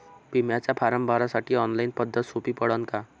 बिम्याचा फारम भरासाठी ऑनलाईन पद्धत सोपी पडन का?